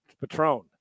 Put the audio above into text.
Patron